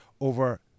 over